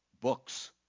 books